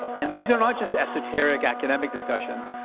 and these are not just esoteric, academic discussions.